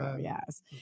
yes